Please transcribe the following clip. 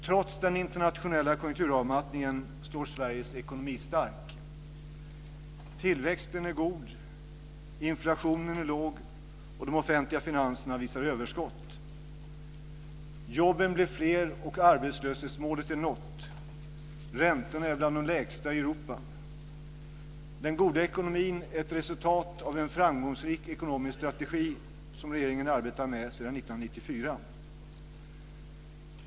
Trots den internationella konjunkturavmattningen står Sveriges ekonomi stark. Tillväxten är god, inflationen är låg och de offentliga finanserna visar överskott. Jobben blir fler och arbetslöshetsmålet är nått. Räntorna är bland de lägsta i Europa. Den goda ekonomin är ett resultat av en framgångsrik ekonomisk strategi som regeringen arbetar med sedan 1994.